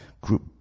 group